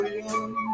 young